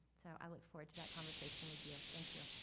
so, i look forward to that conversation with you. thank you.